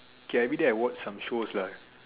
okay everyday I watch some shows lah